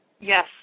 Yes